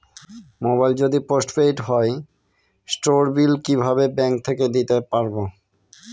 Mobile যদি post paid হয় সেটার বিল কিভাবে ব্যাংক থেকে দিতে পারব?